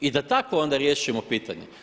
I da tako onda riješimo pitanje.